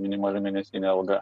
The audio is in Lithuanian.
minimali mėnesinė alga